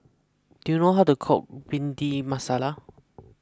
do you know how to cook Bhindi Masala